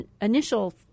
initial